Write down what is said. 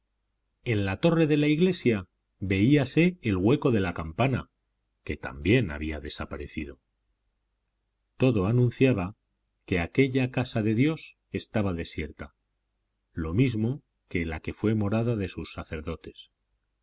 en la torre de la iglesia veíase el hueco de la campana que también había desaparecido todo anunciaba que aquella casa de dios estaba desierta lo mismo que la que fue morada de sus sacerdotes